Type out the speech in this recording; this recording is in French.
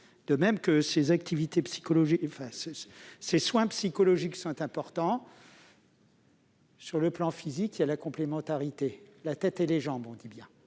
de même que les soins psychologiques sont importants sur le plan physique. Il y a une complémentarité entre la tête et les jambes, comme on